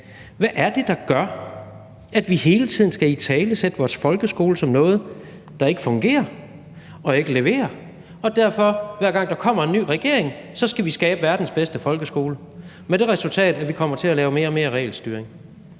hvad det er, der gør, at vi hele tiden skal italesætte vores folkeskole som noget, der ikke fungerer og ikke leverer. Hver gang der kommer en ny regering, skal vi skabe verdens bedste folkeskole med det resultat, at vi kommer til at lave mere og mere regelstyring.